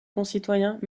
concitoyens